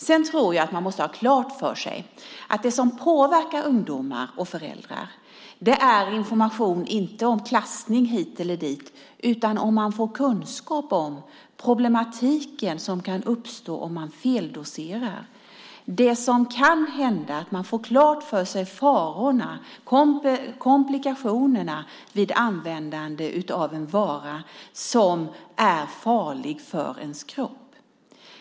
Sedan tror jag att man måste ha klart för sig att det som påverkar ungdomar och föräldrar inte är information om klassning hit eller dit utan att man får kunskap om den problematik som kan uppkomma om man feldoserar, det som kan hända, att man får klart för sig farorna, komplikationerna, vid användande av en vara som är farlig för ens kropp.